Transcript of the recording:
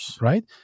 right